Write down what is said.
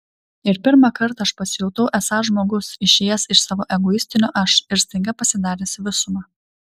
ir pirmą kartą aš pasijutau esąs žmogus išėjęs iš savo egoistinio aš ir staiga pasidaręs visuma